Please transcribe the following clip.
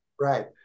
Right